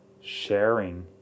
sharing